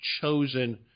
chosen –